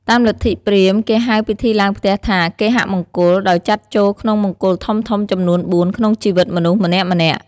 តាមលទ្ធិព្រាហ្មណ៍ គេហៅពិធីឡើងផ្ទះថា គេហមង្គល ដោយចាត់ចូលក្នុងមង្គល់ធំៗចំនួនបួនក្នុងជីវិតមនុស្សម្នាក់ៗ។